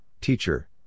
teacher